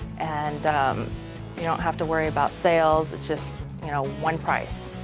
and you don't have to worry about sales. it's just you know one price,